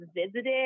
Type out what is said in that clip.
visited